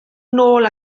nôl